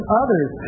others